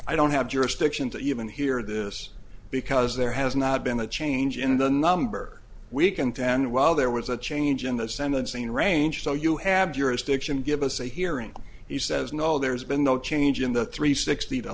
i don't have jurisdiction to even hear this because there has not been a change in the number we contend while there was a change in the sentencing range so you have jurisdiction give us a hearing he says no there's been no change in the three sixty to